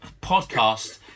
podcast